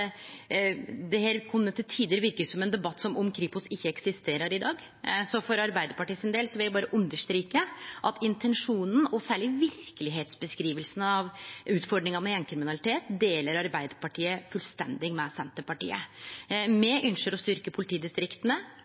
det i denne debatten til tider kunne verke som om Kripos ikkje eksisterer i dag. For Arbeidarpartiet sin del vil eg berre understreke at intensjonen, og særleg verkelegheitsbeskrivingane av utfordringane med gjengkriminalitet, deler Arbeidarpartiet fullstendig med Senterpartiet. Me ynskjer å